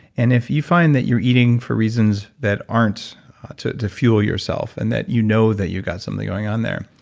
and if you find that you're eating for reasons reasons that aren't to to fuel yourself, and that you know that you got something going on there,